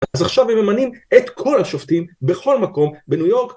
אז עכשיו הם ממנים את כל השופטים, בכל מקום, בניו יורק.